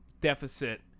deficit